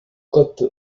côtes